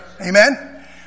Amen